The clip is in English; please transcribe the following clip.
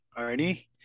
Arnie